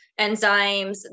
enzymes